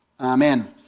Amen